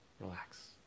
relax